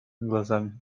глазами